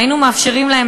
והיינו מאפשרים להם,